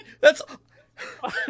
That's-